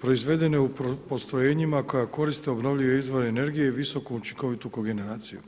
proizvedene u postrojenjima koje koriste obnovljive izvore energije i visoko učinkovitu kogeneraciju.